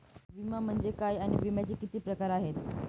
विमा म्हणजे काय आणि विम्याचे किती प्रकार आहेत?